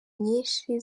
nyinshi